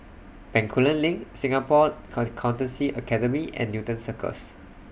Bencoolen LINK Singapore Accountancy Academy and Newton Cirus